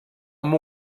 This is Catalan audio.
amb